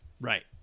Right